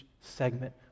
segment